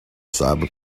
cyber